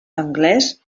anglès